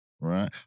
Right